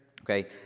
okay